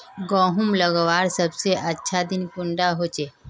गहुम लगवार सबसे अच्छा दिन कुंडा होचे?